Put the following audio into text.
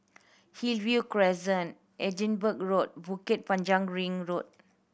Hillview Crescent Edinburgh Road Bukit Panjang Ring Road